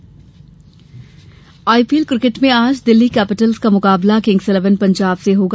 IPL IPL cricket में आज Delhi capitals का मुकाबला किंग्स इलेवन पंजाब से होगा